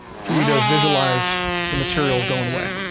for you to visualize the material going away.